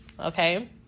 Okay